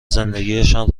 زندگیشان